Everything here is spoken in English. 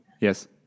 Yes